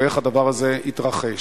ואיך הדבר הזה התרחש.